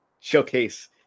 showcase